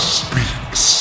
speaks